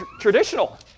traditional